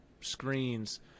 screens